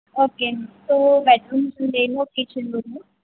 okay అండి two bedrooms ఉంటాయి ఓ కిచెన్ రూము